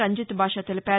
రంజిత్బాషా తెలిపారు